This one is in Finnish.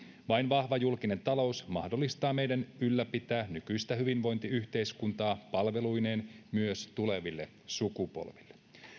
vain vahva julkinen talous mahdollistaa meidän ylläpitää nykyistä hyvinvointiyhteiskuntaa palveluineen myös tuleville sukupolville